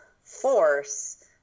force